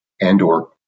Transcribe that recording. and/or